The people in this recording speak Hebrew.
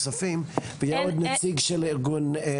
יש פשוט כל כך הרבה דוברים נוספים ויהיה עוד נציג של הארגון --- אין